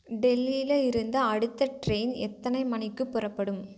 டெல்லியில் இருந்து அடுத்த ட்ரெயின் எத்தனை மணிக்கு புறப்படும்